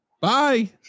Bye